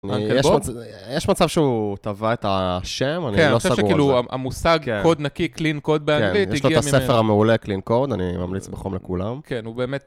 יש מצב שהוא תבע את השם, אני לא סגור על זה. כן, אני חושב שכאילו המושג קוד נקי, קלין קוד בערבית, הגיע ממנו. יש לו את הספר המעולה, קלין קוד, אני ממליץ בחום לכולם. כן, הוא באמת...